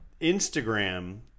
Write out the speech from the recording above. Instagram